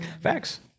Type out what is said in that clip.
facts